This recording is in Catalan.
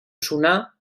sonar